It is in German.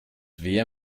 wer